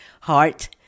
heart